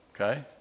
Okay